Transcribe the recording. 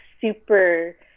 super